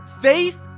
faith